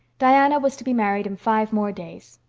diana was to be married in five more days.